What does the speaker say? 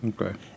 Okay